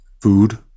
food